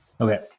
Okay